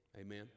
Amen